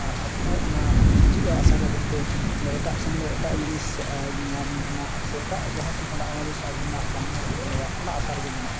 ᱟᱨ ᱟᱵᱚ ᱦᱚᱸ ᱚᱱᱟ ᱦᱤᱡᱩᱜᱼᱟ ᱟᱥᱟ ᱠᱟᱛᱮᱫ ᱛᱮ ᱮᱴᱟᱜ ᱥᱮᱱᱫᱚ ᱮᱴᱟᱜ ᱡᱤᱱᱤᱥ ᱧᱟᱢ ᱨᱮᱱᱟᱜ ᱥᱮ ᱮᱴᱟᱜ ᱡᱟᱦᱟᱥᱮᱱ ᱠᱷᱚᱱᱟᱜ ᱚᱱᱟ ᱡᱤᱱᱤᱥ ᱟᱹᱜᱩ ᱨᱮᱱᱟᱜ ᱵᱟᱝᱵᱚᱱ ᱨᱤᱠᱟᱹ ᱞᱮᱫᱟ ᱚᱱᱟ ᱟᱥᱟ ᱨᱮᱜᱮ ᱢᱮᱱᱟᱜ ᱵᱚᱱᱟ